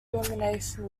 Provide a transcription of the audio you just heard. elimination